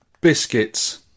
Biscuits